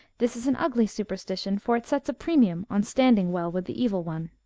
this is an ugly superstition, for it sets a premium on standing well with the evil one.